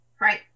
right